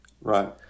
Right